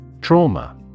Trauma